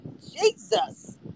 Jesus